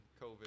COVID